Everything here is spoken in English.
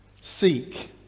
seek